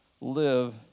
live